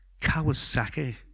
Kawasaki